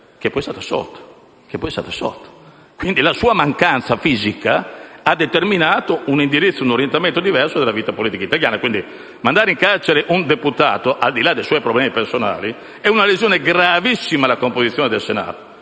che poi è stato assolto. Quindi, la sua mancanza fisica ha determinato un indirizzo e un orientamento diverso della vita politica italiana. Mandare in carcere un parlamentare, al di là dei suoi problemi personali, è una lesione gravissima della composizione del Senato